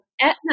Etna